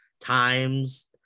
times